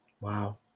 Wow